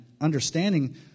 understanding